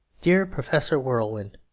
dear professor whirlwind,